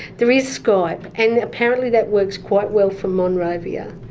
there is skype, and apparently that works quite well from monrovia,